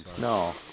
no